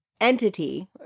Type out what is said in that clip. entity